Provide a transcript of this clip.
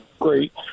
great